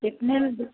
कितने